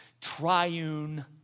triune